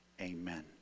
Amen